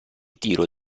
tiro